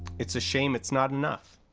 it's a shame it's not enough.